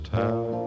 town